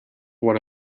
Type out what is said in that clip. what